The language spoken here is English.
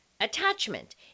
attachment